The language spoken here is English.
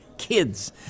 kids